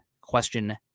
question